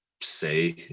say